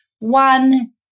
One